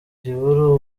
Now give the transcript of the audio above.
gihuru